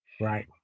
Right